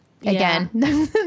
again